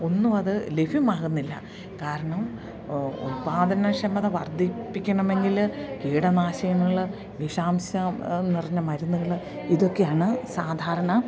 ഒന്നും അത് ലഭ്യമാകുന്നില്ല കാരണം ഉൽപാദനക്ഷമത വർദ്ധിപ്പിക്കണമെങ്കില് കീടനാശിനികള് വിഷാംശം നിറഞ്ഞ മരുന്നുകള് ഇതൊക്കെയാണ് സാധാരണ